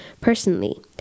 personally